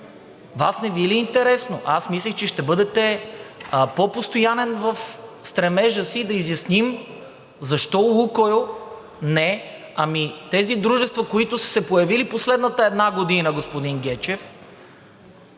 Вас не Ви ли е интересно? Аз мислех, че ще бъдете по-постоянен в стремежа си – защо не „Лукойл“, ами тези дружества, които са се появили в последната една година, господин Гечев,